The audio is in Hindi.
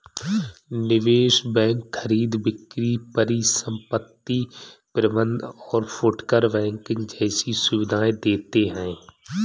निवेश बैंक खरीद बिक्री परिसंपत्ति प्रबंध और फुटकर बैंकिंग जैसी सुविधायें देते हैं